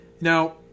Now